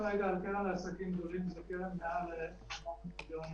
אבל כרגע הסיוע לעסקים נשען רק על הרגל של ההלוואות.